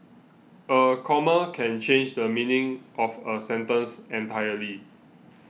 a comma can change the meaning of a sentence entirely